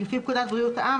לפי פקודת בריאות העם,